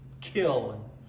kill